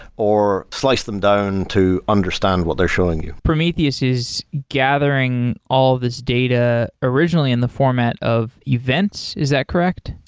or slice them down to understand what they're showing you. prometheus is gathering all these data originally in the format of events. is that correct?